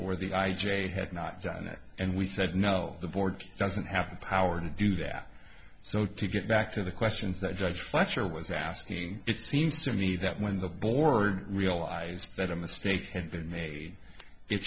where the i j a had not done it and we said no the board doesn't have the power to do that so to get back to the questions that judge fletcher was asking it seems to me that when the board realized that a mistake had been made it